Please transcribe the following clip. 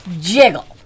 jiggle